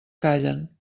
callen